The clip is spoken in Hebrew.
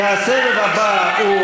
הסבב הבא הוא